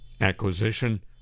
acquisition